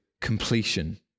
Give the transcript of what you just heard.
completion